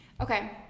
Okay